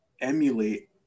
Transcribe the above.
emulate